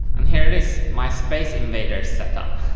and here it is, my space invaders set up.